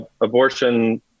abortion